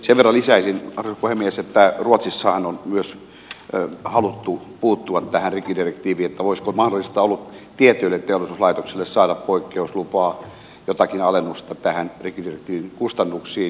sen verran lisäisin että ruotsissahan on myös haluttu puuttua tähän rikkidirektiiviin että olisiko mahdollista ollut tietyille teollisuuslaitoksille saada poikkeuslupaa jotakin alennusta näihin rikkidirektiivin kustannuksiin